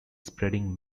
spreading